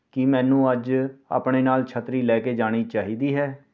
ਕੀ ਮੈਨੂੰ ਅੱਜ ਆਪਣੇ ਨਾਲ ਛੱਤਰੀ ਲੈ ਕੇ ਜਾਣੀ ਚਾਹੀਦੀ ਹੈ